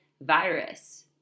virus